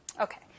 Okay